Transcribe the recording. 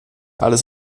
alles